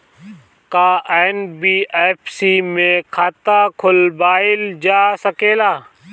का एन.बी.एफ.सी में खाता खोलवाईल जा सकेला?